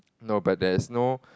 no but there's no